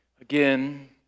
again